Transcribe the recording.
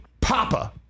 papa